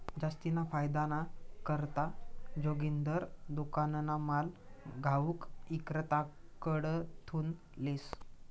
जास्तीना फायदाना करता जोगिंदर दुकानना माल घाऊक इक्रेताकडथून लेस